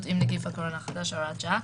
עם נגיף הקורונה החדש (הוראת שעה),